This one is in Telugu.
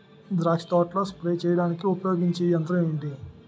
ద్రాక్ష తోటలో స్ప్రే చేయడానికి ఉపయోగించే యంత్రం ఎంటి?